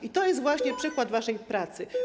I to jest właśnie przykład waszej pracy.